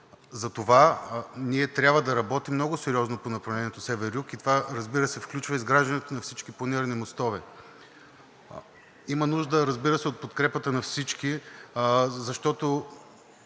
Затова ние трябва да работим много сериозно по направлението север – юг и това, разбира се, включва изграждането на всички планирани мостове. Има нужда, разбира се, от подкрепата на всички, защото